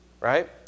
right